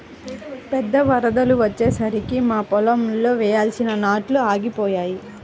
పెద్ద వరదలు వచ్చేసరికి మా పొలంలో వేయాల్సిన నాట్లు ఆగిపోయాయి